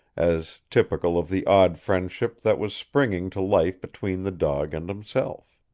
as typical of the odd friendship that was springing to life between the dog and himself.